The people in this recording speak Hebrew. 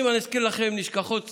אני אזכיר לכם נשכחות קצת.